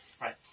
Right